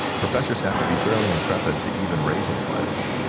professors have to be fairly intrepid to even raise in class.